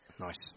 Nice